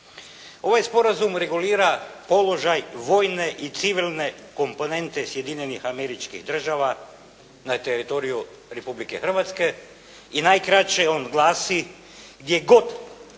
Ovaj sporazum regulira položaj vojne i civilne komponente Sjedinjenih Američkih Država na teritoriju Republike Hrvatske i najkraće on glasi gdje god